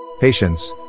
Patience